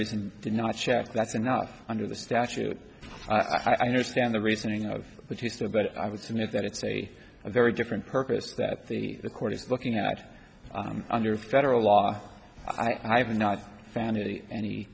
reason did not check that's enough under the statute i understand the reasoning of which he stood but i would submit that it's a very different purpose that the the court is looking at under federal law i have not found any